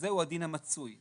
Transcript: זה הוא הדין המצוי",